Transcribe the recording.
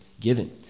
given